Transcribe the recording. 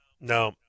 no